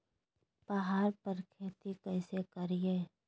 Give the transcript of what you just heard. पहाड़ पर खेती कैसे करीये?